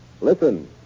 Listen